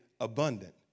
abundant